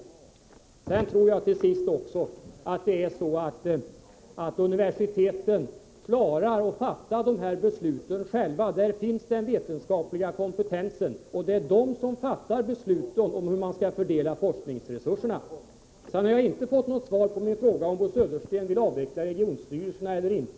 Till sist tror jag också att man på universiteten klarar av att fatta dessa beslut själva. Där finns den vetenskapliga kompetensen, och det är där man fattar beslut om hur forskningsresurserna skall fördelas. Jag har inte fått något svar på min fråga om Bo Södersten vill avveckla regionstyrelserna eller inte.